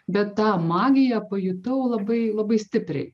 bet tą magiją pajutau labai labai stipriai